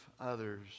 others